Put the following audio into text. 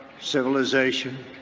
civilization